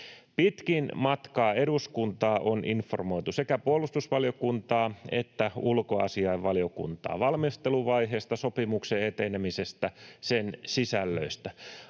Pitkin matkaa eduskuntaa on informoitu, sekä puolustusvaliokuntaa että ulkoasiainvaliokuntaa, valmisteluvaiheesta, sopimuksen etenemisestä, sen sisällöistä.